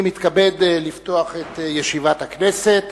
אני מתכבד לפתוח את ישיבת הכנסת.